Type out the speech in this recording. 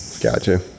Gotcha